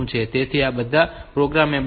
તેથી આ બધા પ્રોગ્રામેબલ છે